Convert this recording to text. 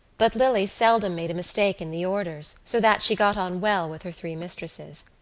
but lily seldom made a mistake in the orders, so that she got on well with her three mistresses.